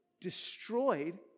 destroyed